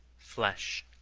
flesh,